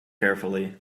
carefully